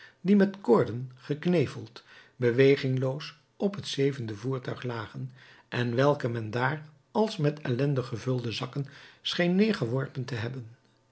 die met koorden gekneveld bewegingloos op het zevende voertuig lagen en welke men daar als met ellende gevulde zakken scheen neergeworpen te hebben